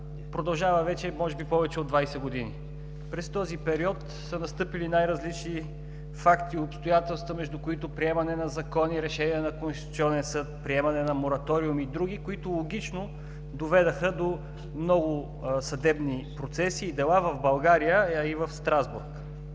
продължава вече може би повече от 20 години. През този период са настъпили най-различни факти и обстоятелства, между които приемане на закони, решения на Конституционен съд, приемаме на мораториум и други, които, логично, доведоха до много съдебни процеси и дела в България, а и в Страсбург.